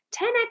10X